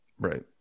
right